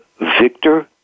victor